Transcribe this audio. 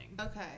okay